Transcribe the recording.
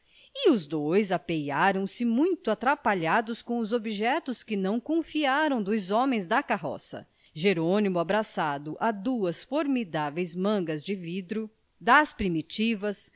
e os dois apearam-se muito atrapalhados com os objetos que não confiaram dos homens da carroça jerônimo abraçado a duas formidáveis mangas de vidro das primitivas